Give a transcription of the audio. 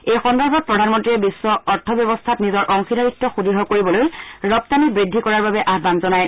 এই সন্দৰ্ভত প্ৰধানমন্ত্ৰীয়ে বিশ্ব অৰ্থ ব্যৱস্থাত নিজৰ অংশীদাৰিত্ব সুদৃঢ় কৰিবলৈ ৰপ্তানি বৃদ্ধি কৰাৰ বাবে আহবান জনায়